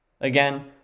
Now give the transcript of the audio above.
Again